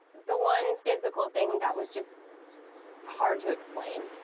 the one physical thing that was just hard to explain.